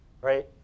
right